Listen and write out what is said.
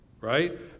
right